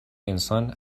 انسان